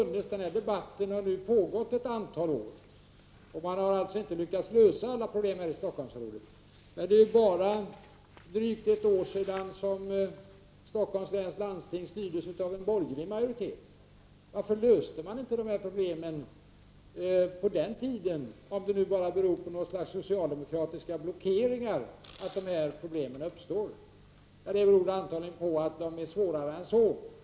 Denna debatt har nu pågått ett antal år, och man har alltså inte lyckats lösa alla problem här i Stockholmsområdet. Men det är bara drygt ett år sedan Stockholms läns landsting styrdes av en borgerlig majoritet. Varför löste man inte problemen på den tiden, om det nu bara beror på något slags socialdemokratiska blockeringar att dessa problem uppstår? Antagligen beror det på att problemen är svårare än så.